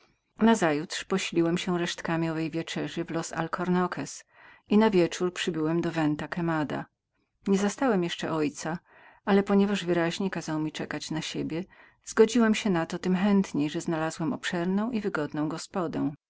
nazajutrz posiliłem się resztkami mojej wieczerzy w los alcornoques i na wieczór przybyłem do venta quemada nie zastałem jeszcze ojca ale gdy ten wyraźnie kazał mi czekać na siebie zgodziłem się na to tem chętniej że znalazłem obszerną i wygodną gospodę